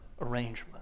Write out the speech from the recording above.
arrangement